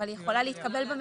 מי נגד?